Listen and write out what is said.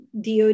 DOD